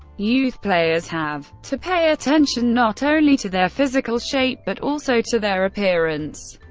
youth players have to pay attention not only to their physical shape, but also to their appearance.